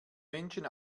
menschen